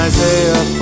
Isaiah